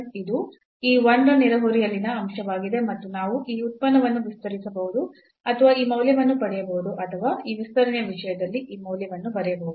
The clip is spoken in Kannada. ಇದು ಈ 1 ರ ನೆರೆಹೊರೆಯಲ್ಲಿನ ಅಂಶವಾಗಿದೆ ಮತ್ತು ನಾವು ಈ ಉತ್ಪನ್ನವನ್ನು ವಿಸ್ತರಿಸಬಹುದು ಅಥವಾ ಈ ಮೌಲ್ಯವನ್ನು ಪಡೆಯಬಹುದು ಅಥವಾ ಈ ವಿಸ್ತರಣೆಯ ವಿಷಯದಲ್ಲಿ ಈ ಮೌಲ್ಯವನ್ನು ಬರೆಯಬಹುದು